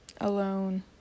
alone